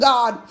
God